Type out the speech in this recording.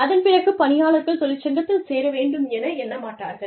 அதன் பிறகு பணியாளர்கள் தொழிற்சங்கத்தில் சேர வேண்டும் என என்ன மாட்டார்கள்